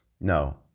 No